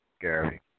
Gary